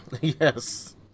Yes